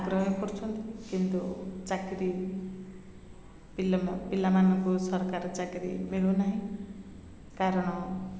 ଆଗ୍ରହ କରୁଛନ୍ତି କିନ୍ତୁ ଚାକିରି ପିଲାମାନଙ୍କୁ ସରକାର ଚାକିରିୀ ମିଳୁନାହିଁ କାରଣ